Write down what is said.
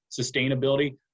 sustainability